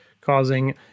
causing